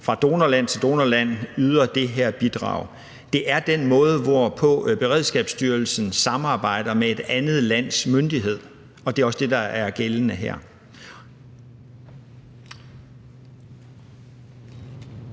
fra donorlande til donorland, yder det her bidrag. Det er den måde, hvorpå Beredskabsstyrelsen samarbejder med et andet lands myndighed. Det er også det, der er gældende her.